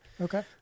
Okay